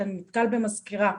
אתה נתקל במזכירה.